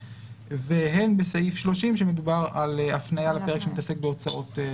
והן בסעיף 30 שמדובר על הפניה לפרק שמתעסק בהוצאות.